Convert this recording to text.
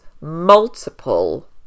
multiple